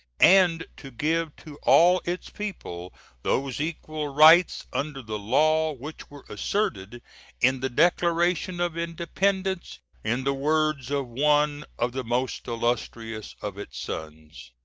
and to give to all its people those equal rights under the law which were asserted in the declaration of independence in the words of one of the most illustrious of its sons.